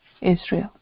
Israel